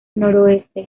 noroeste